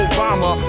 Obama